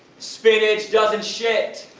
spinach doesn't shit!